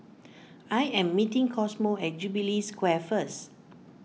I am meeting Cosmo at Jubilee Square first